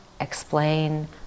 explain